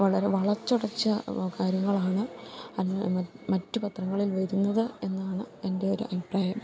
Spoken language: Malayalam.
വളരെ വളച്ചൊടിച്ച കാര്യങ്ങളാണ് അല്ല മറ്റു പത്രങ്ങളിൽ വരുന്നത് എന്നാണ് എൻ്റെ ഒരഭിപ്രായം